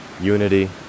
Unity